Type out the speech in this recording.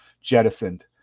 jettisoned